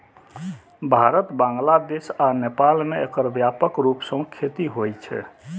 भारत, बांग्लादेश आ नेपाल मे एकर व्यापक रूप सं खेती होइ छै